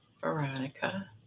Veronica